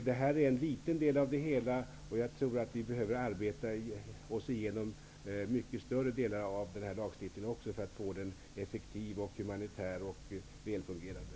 Det här är en liten del av det hela. Jag tror att vi behöver arbeta oss igenom mycket större delar av den här lagstiftningen för att få den effektiv, humanitär och väl fungerande.